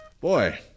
Boy